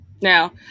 Now